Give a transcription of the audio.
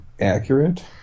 accurate